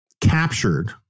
captured